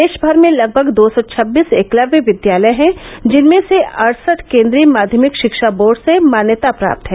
देश भर में लगभग दो सौ छब्बीस एकलव्य विद्यालय हैं जिनमें से अड़सठ केन्द्रीय माध्यमिक षिक्षा बोर्ड से मान्यता प्राप्त हैं